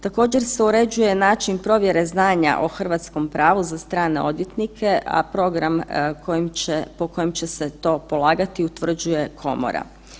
Također se uređuje način provjere znanja o hrvatskom pravu za strane odvjetnike, a program po kojem će se to polagati utvrđuje komora.